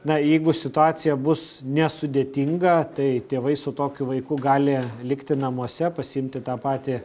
na jeigu situacija bus nesudėtinga tai tėvai su tokiu vaiku gali likti namuose pasiimti tą patį